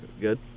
good